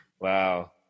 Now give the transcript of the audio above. Wow